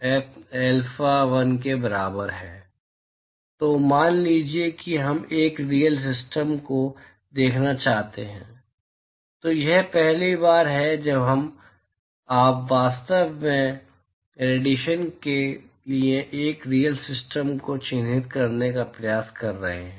तो अब मान लीजिए कि हम एक रीयल सिस्टम को देखना चाहते हैं तो यह पहली बार है जब आप वास्तव में रेडिएशन के लिए एक रीयल सिस्टम को चिह्नित करने का प्रयास कर रहे हैं